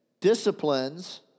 disciplines